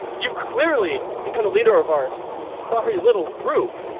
you've clearly become the leader of our sorry little group.